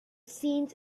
seemed